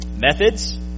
Methods